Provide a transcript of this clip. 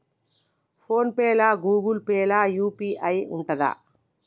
Phone pay లా Google pay లా UPI ఉంటదా?